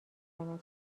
زند